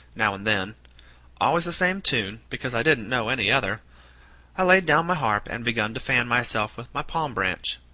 now and then always the same tune, because i didn't know any other i laid down my harp and begun to fan myself with my palm branch.